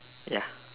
ya